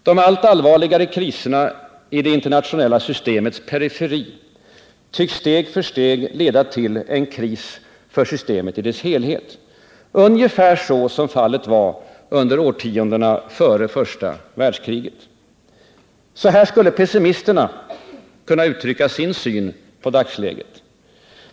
De allt allvarligare kriserna i det internationella systemets periferi tycks steg för steg leda till en kris för systemet i dess helhet, ungefär så som fallet var under årtiondena före första världskriget. — Så här skulle pessimisterna kunna uttrycka sin syn på dagsläget.